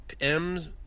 M's